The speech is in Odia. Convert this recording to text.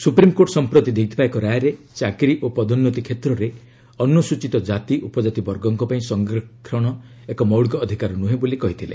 ସୁପ୍ରିମ୍କୋର୍ଟ ସମ୍ପ୍ରତି ଦେଇଥିବା ଏକ ରାୟରେ ଚାକିରି ଓ ପଦୋନ୍ନତି କ୍ଷେତ୍ରରେ ଅନୁସ୍ଚିତ ଜାତିଉପଜାତି ବର୍ଗଙ୍କ ପାଇଁ ସଂରକ୍ଷଣ ଏକ ମୌଳିକ ଅଧିକାର ନୁହେଁ ବୋଲି କହିଥିଲେ